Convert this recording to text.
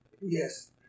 Yes